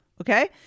Okay